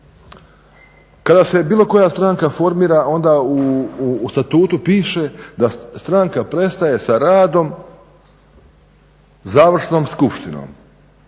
Kada se bilo koja stranka formira, onda u statutu piše da stranka prestaje sa radom završnom skupštinom.